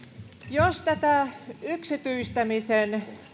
jos tätä yksityistämisen